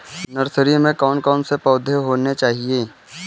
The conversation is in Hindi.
नर्सरी में कौन कौन से पौधे होने चाहिए?